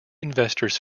investors